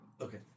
Okay